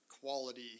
quality